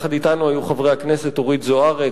אתנו היו חברי הכנסת אורית זוארץ,